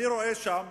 אני רואה שם,